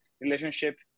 relationship